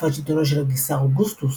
בתקופת שלטונו של הקיסר אוגוסטוס,